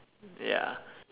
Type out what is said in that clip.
ya